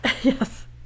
Yes